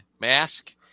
mask